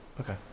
Okay